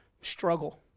Struggle